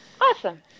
Awesome